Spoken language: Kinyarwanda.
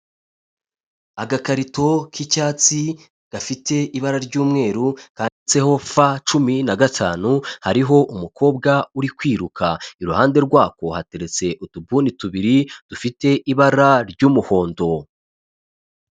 Agakarito k'icyatsi gafite ibara ry'umweru kanditseho f cumi na gatanu, hariho umukobwa uri kwiruka, iruhande rwako hateretse utubuni tubiri dufite ibara ry'umuhondo.